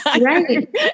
Right